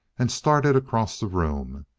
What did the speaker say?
and started across the room.